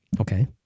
Okay